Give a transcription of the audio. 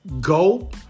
go